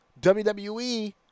WWE